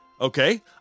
Okay